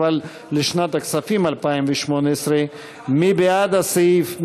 אבל לשנת הכספים 2018. מי בעד הסעיף?